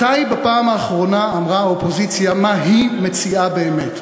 מתי בפעם האחרונה אמרה האופוזיציה מה היא מציעה באמת?